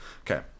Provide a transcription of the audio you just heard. Okay